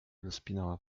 rozpinała